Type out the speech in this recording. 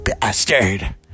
bastard